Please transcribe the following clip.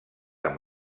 amb